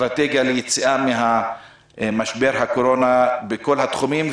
אסטרטגית ליציאה ממשבר הקורונה בכל התחומים?